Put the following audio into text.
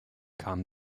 kam